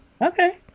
okay